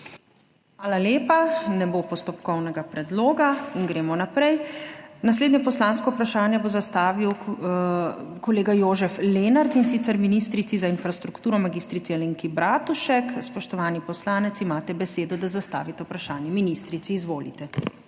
Hvala lepa. Ne bo postopkovnega predloga in gremo naprej. Naslednje poslansko vprašanje bo zastavil kolega Jožef Lenart, in sicer ministrici za infrastrukturo mag. Alenki Bratušek. Spoštovani poslanec, imate besedo, da zastavite vprašanje ministrici, izvolite.